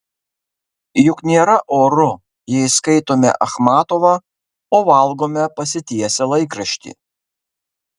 juk nėra oru jei skaitome achmatovą o valgome pasitiesę laikraštį